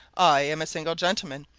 i'm a single gentleman,